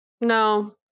No